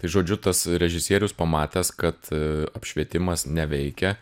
tai žodžiu tas režisierius pamatęs kad apšvietimas neveikia